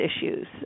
issues